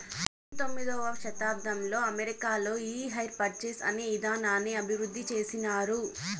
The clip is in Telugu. పంతొమ్మిదవ శతాబ్దంలో అమెరికాలో ఈ హైర్ పర్చేస్ అనే ఇదానాన్ని అభివృద్ధి చేసినారు